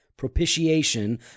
propitiation